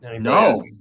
no